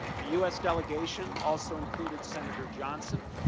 the u s. delegation also included senator johnson,